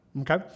Okay